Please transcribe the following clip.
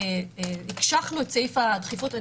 הקשחנו את סעיף הדחיפות.